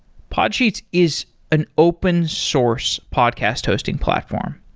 podsheets is an open source podcast hosting platform,